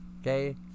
Okay